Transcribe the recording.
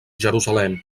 jerusalem